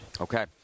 Okay